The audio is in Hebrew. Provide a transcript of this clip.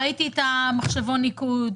ראיתי את מחשבון הניקוד.